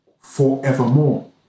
forevermore